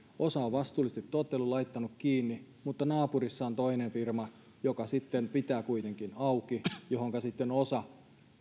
osa on vastuullisesti totellut laittanut kiinni mutta naapurissa voi olla toinen firma joka sitten pitää kuitenkin auki ja johonka sitten osa